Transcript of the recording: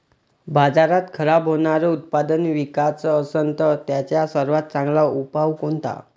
बाजारात खराब होनारं उत्पादन विकाच असन तर त्याचा सर्वात चांगला उपाव कोनता?